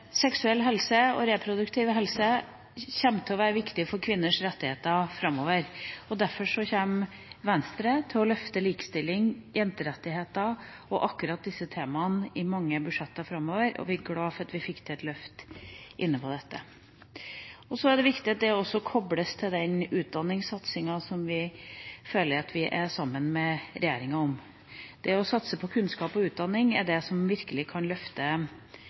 Seksuell helse og reproduktiv helse kommer til å være viktig for kvinners rettigheter framover. Derfor kommer Venstre til å løfte likestilling, jenterettigheter og akkurat disse temaene i mange budsjetter framover, og vi er glade for at vi fikk til et løft på dette. Det er viktig at det også kobles til den utdanningssatsinga vi føler at vi er sammen med regjeringa om. Å satse på kunnskap og utdanning er det som virkelig kan løfte